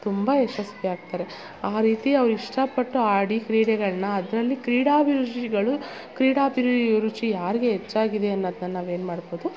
ತುಂಬ ಯಶಸ್ವಿ ಆಗ್ತಾರೆ ಆ ರೀತಿ ಅವ್ರು ಇಷ್ಟ ಪಟ್ಟು ಆಡಿ ಕ್ರೀಡೆಗಳನ್ನ ಅದರಲ್ಲಿ ಕ್ರೀಡಾಭಿರುಚಿಗಳು ಕ್ರೀಡಾಭಿರುಚಿ ಯಾರಿಗೆ ಹೆಚ್ಚಾಗಿದೆ ಅನ್ನೋದನ್ನ ನಾವೇನು ಮಾಡ್ಬೋದು